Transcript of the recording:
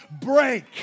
break